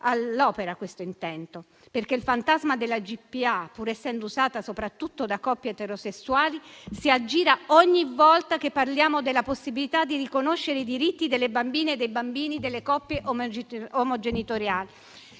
all'opera questo intento perché il fantasma della GPA, pur essendo usata soprattutto da coppie eterosessuali, si aggira ogni volta che parliamo della possibilità di riconoscere i diritti delle bambine e dei bambini delle coppie omogenitoriali.